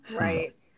right